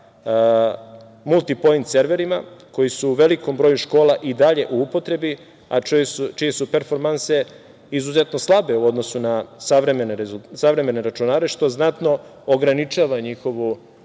sa multipoint serverima koji su u velikom broju škola i dalje u upotrebi, a čije su performanse izuzetno slabe u odnosu na savremene računare, što znatno ograničava njihovu